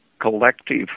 collective